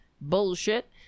Bullshit